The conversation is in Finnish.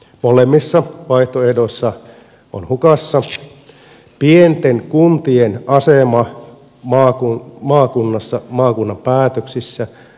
molemmissa vaihtoehdoissa lähidemokratia on hukassa pienten kuntien asema maakunnan päätöksissä on mitätön